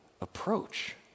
approach